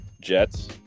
Jets